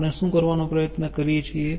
આપણે શું કરવાનો પ્રયત્ન કરીએ છીએ